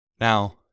Now